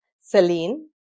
Celine